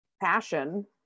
passion